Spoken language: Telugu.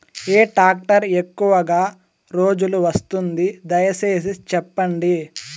ఏ టాక్టర్ ఎక్కువగా రోజులు వస్తుంది, దయసేసి చెప్పండి?